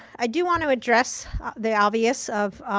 i do want to address the obvious of,